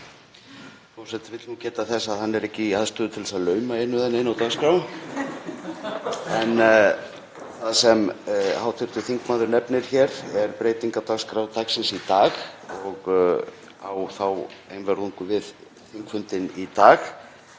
það sem hv. þingmaður nefnir hér er breyting á dagskrá dagsins í dag og á þá einvörðungu við þingfundinn í dag.